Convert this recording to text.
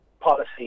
policy